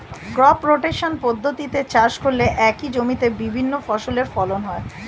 crop rotation পদ্ধতিতে চাষ করলে একই জমিতে বিভিন্ন ফসলের ফলন হয়